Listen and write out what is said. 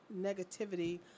negativity